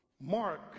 Mark